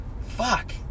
Fuck